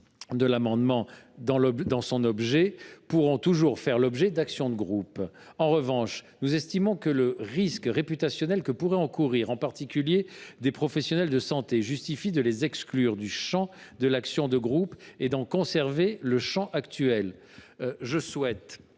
de l’amendement n° 26, pourraient toujours faire l’objet d’actions de groupe. En revanche, nous estimons que le risque réputationnel que pourraient en particulier encourir des professionnels de santé justifie d’exclure ceux ci du champ de l’action de groupe et d’en rester au champ actuel. Je souhaite